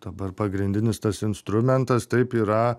dabar pagrindinis tas instrumentas taip yra